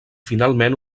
finalment